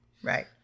right